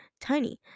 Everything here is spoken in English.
tiny